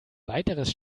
weiteres